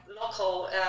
local